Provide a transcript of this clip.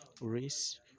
race